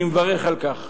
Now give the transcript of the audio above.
אני מברך על כך.